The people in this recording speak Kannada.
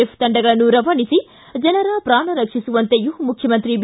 ಎಫ್ ತಂಡಗಳನ್ನು ರವಾನಿಸಿ ಜನರ ಪ್ರಾಣ ರಕ್ಷಿಸುವಂತೆಯೂ ಮುಖ್ಯಮಂತ್ರಿ ಬಿ